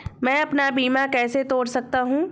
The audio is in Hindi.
मैं अपना बीमा कैसे तोड़ सकता हूँ?